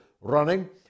running